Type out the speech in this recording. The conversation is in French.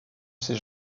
ces